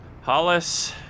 Hollis